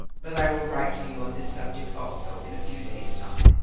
but i will write to you on this subject also in a few days' time.